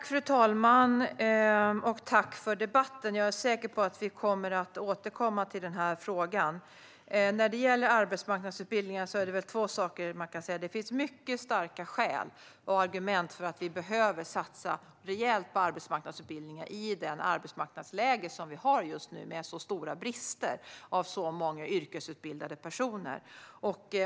Fru talman! Jag tackar för debatten. Jag är säker på att vi kommer att återkomma till frågan. När det gäller arbetsmarknadsutbildningar kan man väl säga två saker. Det finns mycket starka skäl och argument för att vi behöver satsa rejält på arbetsmarknadsutbildningar i det arbetsmarknadsläge vi har just nu, med stora brister på många yrkesutbildade personer.